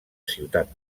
ciutat